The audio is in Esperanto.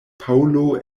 paŭlo